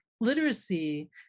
literacy